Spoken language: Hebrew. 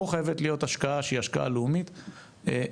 פה חייבת להיות השקעה שהיא השקעה לאומית במצוינות,